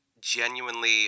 genuinely